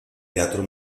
teatro